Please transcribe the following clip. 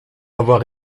avoir